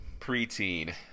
preteen